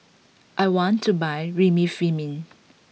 I want to buy Remifemin